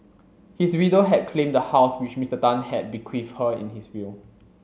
his widow had claimed the house which Mister Tan had bequeathed her in his will